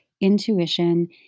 intuition